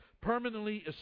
permanently